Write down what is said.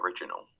original